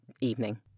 evening